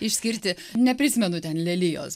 išskirti neprisimenu ten lelijos